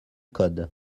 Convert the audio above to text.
code